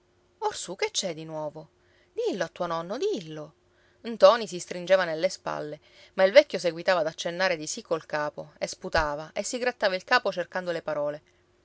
dillo a tuo nonno dillo ntoni si stringeva nelle spalle ma il vecchio seguitava ad accennare di sì col capo e sputava e si grattava il capo cercando le parole